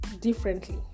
differently